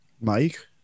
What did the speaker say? Mike